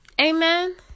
Amen